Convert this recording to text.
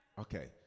Okay